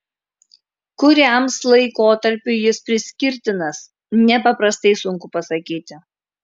kuriams laikotarpiui jis priskirtinas nepaprastai sunku pasakyti